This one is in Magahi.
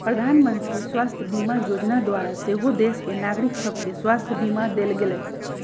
प्रधानमंत्री स्वास्थ्य बीमा जोजना द्वारा सेहो देश के नागरिक सभके स्वास्थ्य बीमा देल गेलइ